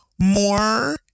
More